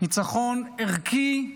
ניצחון ערכי,